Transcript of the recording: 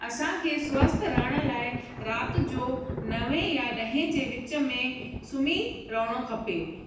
असांखे स्वस्थ रहण लाइ रात जो नवे या ॾह जे विच में सुम्ही रहणो खपे